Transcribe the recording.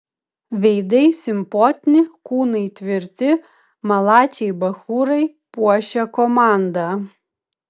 veidai simpotni kūnai tvirti malačiai bachūrai puošia komandą